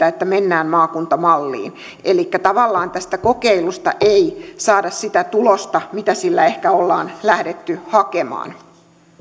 että mennään maakuntamalliin elikkä tavallaan tästä kokeilusta ei saada sitä tulosta mitä sillä ehkä ollaan lähdetty hakemaan